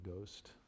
Ghost